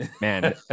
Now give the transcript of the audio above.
Man